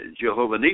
Jehovah